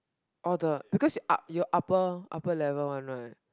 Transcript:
or the because you up you upper upper level [one] right